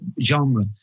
genre